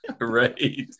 Right